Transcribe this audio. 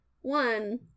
one